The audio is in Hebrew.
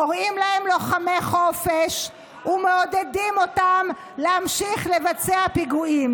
קוראים להם "לוחמי חופש" ומעודדים אותם להמשיך לבצע פיגועים.